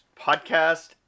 podcast